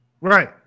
Right